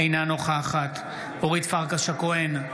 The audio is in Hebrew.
אינה נוכחת אורית פרקש הכהן,